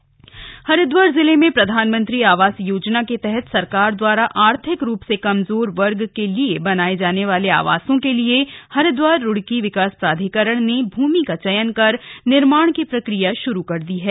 प्रधानमंत्री आवास योजना हरिद्वार जिले में प्रधानमंत्री आवास योजना के तहत सरकार द्वारा आर्थिक रूप से कमजोर वर्ग के लिए बनाए जाने वाले आवासो के लिए हरिद्वार रुड़की विकास प्राधिकरण ने भूमि का चयन कर निर्माण की प्रक्रिया शुरू कर दी है